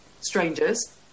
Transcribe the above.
strangers